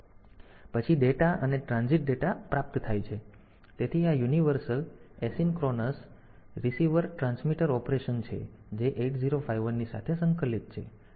પછી ડેટા અને transit data પ્રાપ્ત થાય છે તેથી આ universal asynchronous receiver transmitter operation છે જે 8051 ની સાથે સંકલિત છે